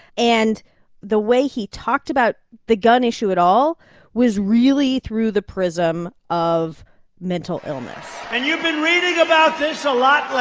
and the way he talked about the gun issue at all was really through the prism of mental illness and you've been reading about this a lot